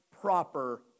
proper